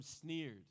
sneered